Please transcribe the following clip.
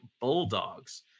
Bulldogs